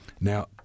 now